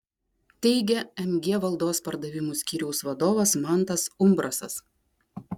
teigia mg valdos pardavimų skyriaus vadovas mantas umbrasas